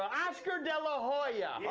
oscar de la hoya. yeah